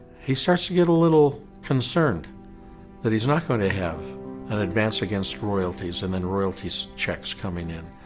he starts to get a little concerned that he's not going to have an advance against royalties and then royalties' checks coming in.